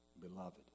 Beloved